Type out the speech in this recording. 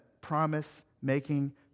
promise-making